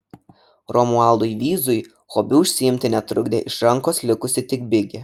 romualdui vyzui hobiu užsiimti netrukdė iš rankos likusi tik bigė